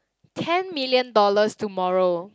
ten million dollars tomorrow